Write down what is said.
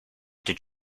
did